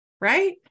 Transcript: right